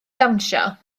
ddawnsio